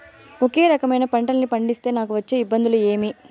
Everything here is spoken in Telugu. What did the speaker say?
ఒకే రకమైన పంటలని పండిస్తే నాకు వచ్చే ఇబ్బందులు ఏమి?